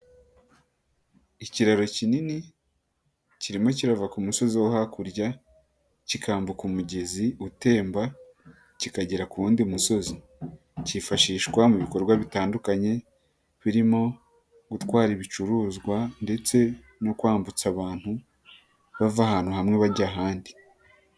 Ikiraro kinini kirimo kirava ku musozi wo hakurya kikambuka umugezi utemba, kikagera ku wundi musozi. Cyifashishwa mu bikorwa bitandukanye birimo gutwara ibicuruzwa, ndetse no kwambutsa abantu bava ahantu hamwe bajya ahandi.